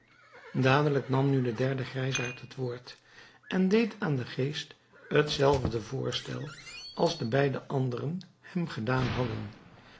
dadelijk nam nu de derde grijsaard het woord en deed aan den geest hetzelfde voorstel als de beide anderen hem gedaan hadden